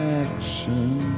action